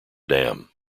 dam